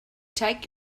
take